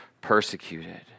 persecuted